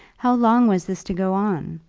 how long was this to go on,